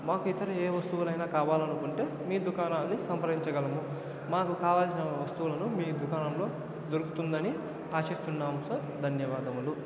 మాకు ఇతర ఏ వస్తువులైన కావాలనుకుంటే మీ దుకాణాన్ని సంప్రదించగలము మాకు కావలసిన వస్తువులను మీ దుకాణం లో దొరుకుతుందని ఆశిస్తున్నాం సార్ ధన్యవాదములు